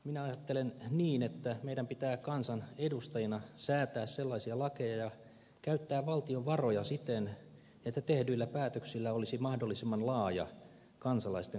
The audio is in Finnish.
minä ajattelen niin että meidän pitää kansanedustajina säätää sellaisia lakeja ja käyttää valtion varoja siten että tehdyillä päätöksillä olisi mahdollisimman laaja kansalaisten kannatus